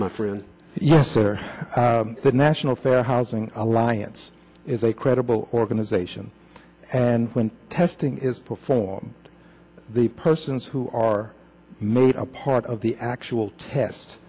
my friend yes or the national fair housing alliance is a credible organization and when testing is performed the persons who are multiple parts of the actual test